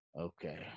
okay